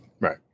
Right